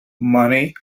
money